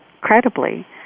credibly